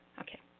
Okay